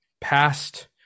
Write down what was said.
past